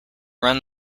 run